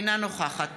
אינה נוכחת